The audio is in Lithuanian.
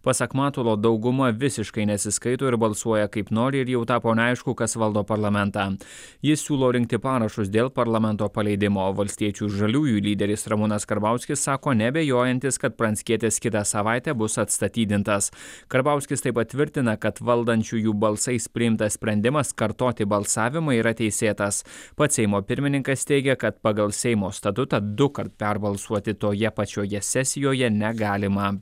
pasak matulo dauguma visiškai nesiskaito ir balsuoja kaip nori ir jau tapo neaišku kas valdo parlamentą jis siūlo rinkti parašus dėl parlamento paleidimo valstiečių ir žaliųjų lyderis ramūnas karbauskis sako neabejojantis kad pranckietis kitą savaitę bus atstatydintas karbauskis taip pat tvirtina kad valdančiųjų balsais priimtas sprendimas kartoti balsavimą yra teisėtas pats seimo pirmininkas teigia kad pagal seimo statutą dukart perbalsuoti toje pačioje sesijoje negalima